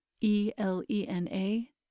E-L-E-N-A